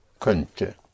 Könnte